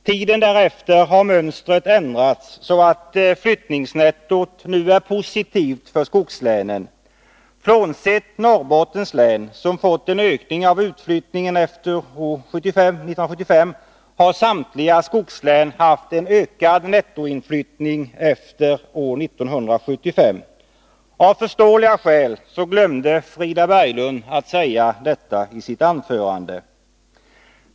Tiden därefter har mönstret ändrats så, att flyttningsnettot nu är positivt för skogslänen. Frånsett Norrbottens län — som fått en ökning av utflyttningen efter år 1975 — har skogslänen haft en ökad nettoinflyttning efter år 1975. Av förståeliga skäl glömde Frida Berglund att säga detta i sitt anförande.